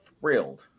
thrilled